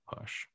push